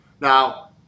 Now